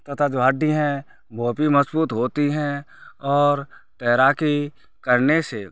तथा जो हड्डी है वो भी मजबूत होती है और तैराकी करने से